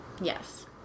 Yes